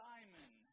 Simon